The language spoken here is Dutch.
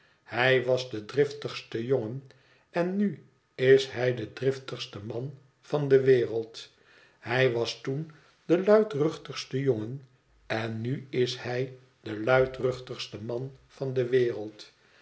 hij was de driftigste jongen en nu is hij de driftigste man van de wereld hij was toen de luidruchtigste jongen en nu is hij de luidruchtigste man van de wereld